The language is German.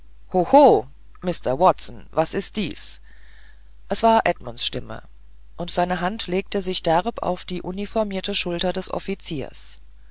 hoho mr watson was ist dies es war edmunds stimme und seine hand legte sich derb auf die uniformierte schulter des offiziers